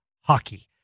hockey